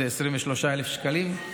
שזה 23,000 שקלים,